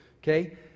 Okay